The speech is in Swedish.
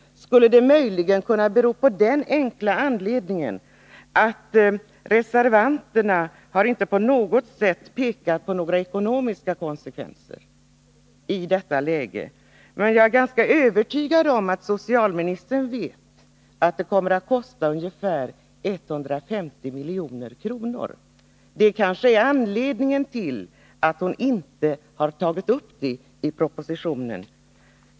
Skulle det möjligen kunna bero på det enkla faktum att man inte på något sätt har pekat på de ekonomiska konsekvenserna? Jag är ganska övertygad om att socialministern vet att reservanternas förslag skulle komma att kosta ungefär 150 milj.kr. Det kanske är anledningen till att hon inte tagit upp förslaget i propositionen.